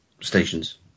stations